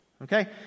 Okay